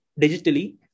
digitally